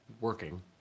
working